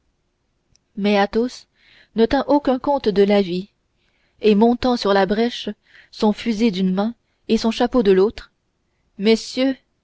mais athos ne tint aucun compte de l'avis et montant sur la brèche son fusil d'une main et son chapeau de l'autre messieurs